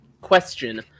Question